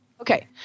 Okay